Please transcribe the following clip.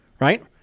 right